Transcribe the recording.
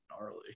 gnarly